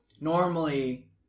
normally